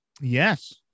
Yes